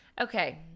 Okay